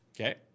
Okay